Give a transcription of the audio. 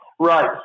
Right